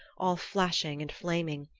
all flashing and flaming,